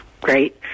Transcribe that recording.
great